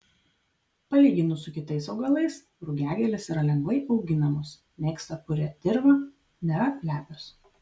palyginus su kitais augalais rugiagėlės yra lengvai auginamos mėgsta purią dirvą nėra lepios